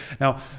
now